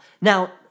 Now